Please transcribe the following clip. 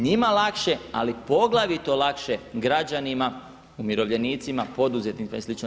Njima lakše ali poglavito lakše građanima, umirovljenicima, poduzetnicima i slično.